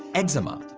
eczema,